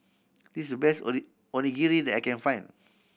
this the best Onigiri that I can find